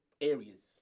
Areas